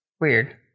Weird